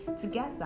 together